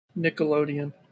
Nickelodeon